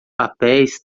papéis